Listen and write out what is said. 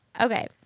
Okay